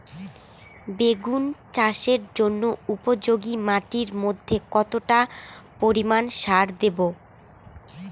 বেগুন চাষের জন্য উপযোগী মাটির মধ্যে কতটা পরিমান সার দেব?